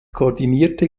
koordinierte